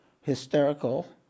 hysterical